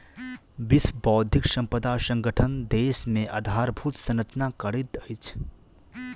विश्व बौद्धिक संपदा संगठन देश मे आधारभूत संरचना करैत अछि